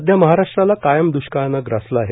सध्या महाराष्ट्राला कायम दुष्काळानं ग्रासलं आहे